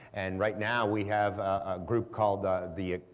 and right now we have a group called the the